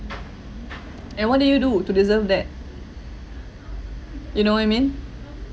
and what did you do to deserve that you know what I mean